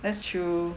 that's true